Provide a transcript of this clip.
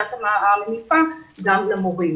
בשיטת המניפה גם למורים.